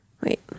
Wait